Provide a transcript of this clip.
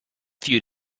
few